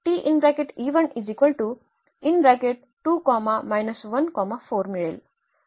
तर आपल्याला मिळेल